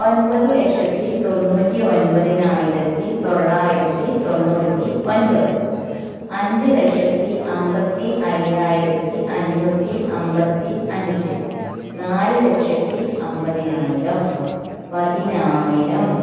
ഒൻമ്പത് ലക്ഷത്തി തൊണ്ണൂറ്റി ഒൻമ്പതിനായിരത്തി തൊള്ളായിരത്തി തൊണ്ണൂറ്റിയൊൻമ്പത് അഞ്ച് ലക്ഷത്തി അമ്പത്തി അയ്യായിരത്തി അഞ്ഞൂറ്റി അമ്പത്തിയഞ്ച് നാല് ലക്ഷത്തി അമ്പതിനായിരം പതിനായിരം